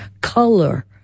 color